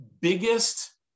biggest